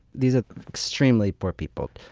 these are extremely poor people,